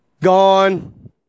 Gone